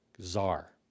Czar